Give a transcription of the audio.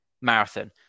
Marathon